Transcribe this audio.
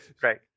Great